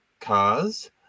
cars